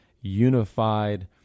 unified